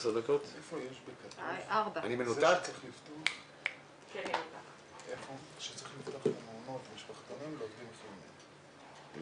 בשעה 09:55.